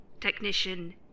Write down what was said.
Technician